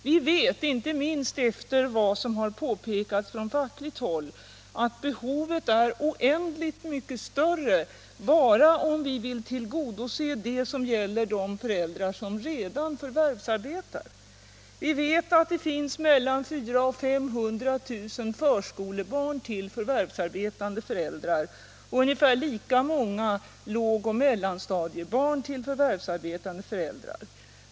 Vi vet, inte minst efter vad som har påpekats från fackligt håll, att behovet är oändligt mycket större, redan om vi vill tillgodose bara det som gäller de föräldrar som nu förvärvsarbetar. Vi vet att det finns mellan 400 000 och 500 000 förskolebarn med förvärvsarbetande föräldrar och ungefär lika många lågoch mellanstadiebarn med förvärvsarbetande föräldrar.